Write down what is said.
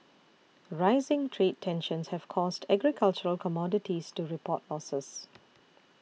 rising trade tensions have caused agricultural commodities to report losses